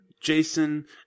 jason